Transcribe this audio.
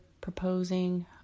proposing